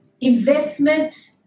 investment